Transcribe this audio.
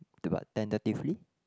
to what tentatively